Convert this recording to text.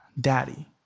Daddy